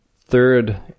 third